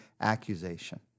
accusation